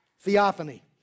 theophany